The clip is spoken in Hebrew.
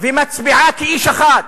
ומצביעה כאיש אחד